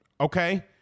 okay